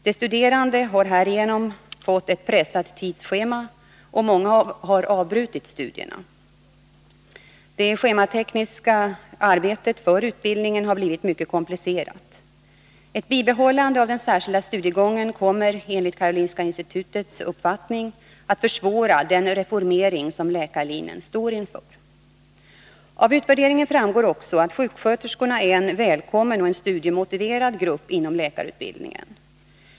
De studerande har härigenom fått ett pressat tidsschema, och många har avbrutit studierna. Det schematekniska arbetet för utbildningen har blivit mycket komplicerat. Ett bibehållande av den särskilda studiegången kommer enligt Karolinska institutets uppfattning att försvåra den reformering som läkarlinjen står inför. Av utvärderingen framgår också att sjuksköterskorna är en välkommen och studiemotiverad grupp inom läkarutbildningen.